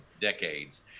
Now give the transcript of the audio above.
decades